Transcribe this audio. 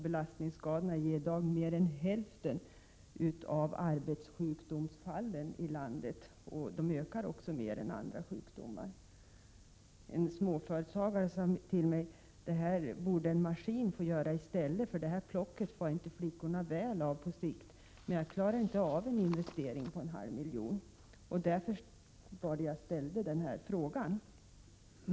Belastningsskadorna är i dag för att förbättra arbetsmiljön orsak till mer än hälften av arbetssjukdomsfallen i landet, och de ökar mer än andra sjukdomar. En småföretagare sade till mig: ”Det här borde en maskin få göra i stället, för det här plocket far inte flickorna väl av på sikt, men jag klarar inte av en investering på 1/2 miljon.” Därför ställde jag denna fråga.